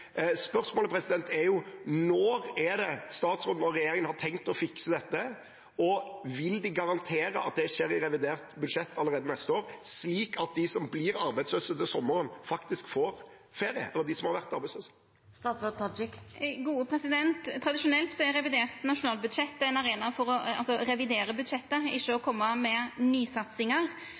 spørsmålet er jo: Når har statsråden og regjeringen tenkt å fikse dette, og vil de garantere at det skjer i revidert budsjett allerede neste år, slik at de som har vært arbeidsløse, faktisk får ferie til sommeren? Tradisjonelt er revidert nasjonalbudsjett ein arena for å revidera budsjettet, ikkje for å koma med nysatsingar.